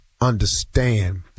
understand